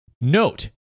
Note